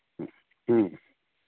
ᱦᱮᱸ